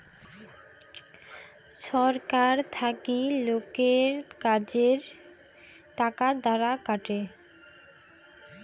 ছরকার থাকি লোকের কাজের টাকার দ্বারা কাটে